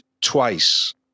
twice